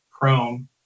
Chrome